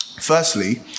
Firstly